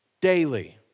daily